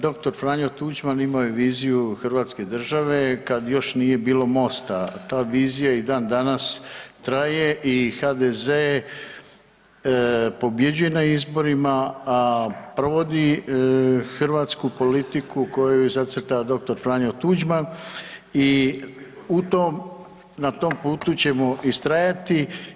Dr. Franjo Tuđman imao je viziju Hrvatske države kad još nije bilo Mosta, ta vizija i dan danas traje i HDZ pobjeđuje na izborima, a provodi hrvatsku politiku koju je zacrtao dr. Franjo Tuđman i na tom putu ćemo ustrajati.